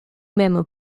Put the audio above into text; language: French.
même